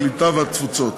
הקליטה והתפוצות.